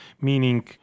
meaning